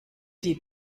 die